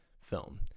film